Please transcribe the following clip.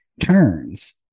turns